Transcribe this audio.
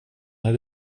när